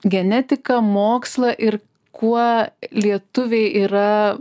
genetiką mokslą ir kuo lietuviai yra